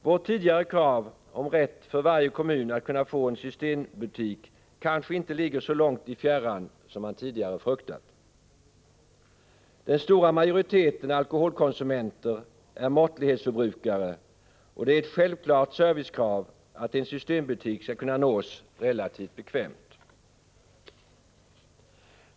Vårt tidigare krav på rätt för varje kommun att få en systembutik kanske inte ligger så långt i fjärran som man tidigare fruktat. Den stora majoriteten alkoholkonsumenter är måttlighetsförbrukare, och det är ett självklart servicekrav att en systembutik skall kunna nås relativt bekvämt.